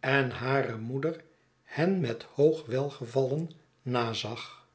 en hare moeder hen met hoog welgevallen nazag